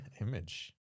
image